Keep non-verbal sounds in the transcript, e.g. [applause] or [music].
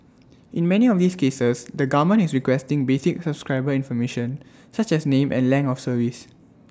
[noise] in many of these cases the government is requesting basic subscriber information such as name and length of service